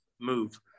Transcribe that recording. move